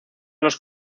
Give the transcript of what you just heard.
los